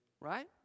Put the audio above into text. right